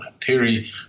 theory